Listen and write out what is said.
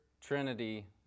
trinity